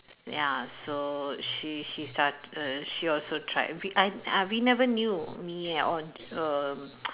ya so she she started she also tried we uh uh we never knew me at all err